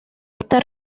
esta